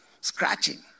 Scratching